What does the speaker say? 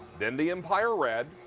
then the empire red.